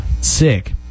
Sick